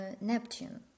Neptune